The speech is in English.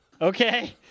Okay